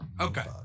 okay